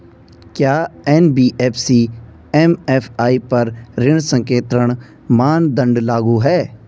क्या NBFC MFI पर ऋण संकेन्द्रण मानदंड लागू हैं?